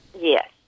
Yes